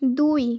দুই